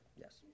yes